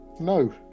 no